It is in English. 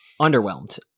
Underwhelmed